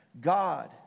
God